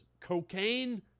cocaine